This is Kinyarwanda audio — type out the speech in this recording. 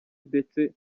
ndetse